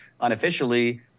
unofficially